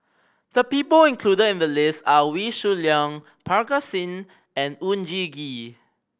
the people included in the list are Wee Shoo Leong Parga Singh and Oon Jin Gee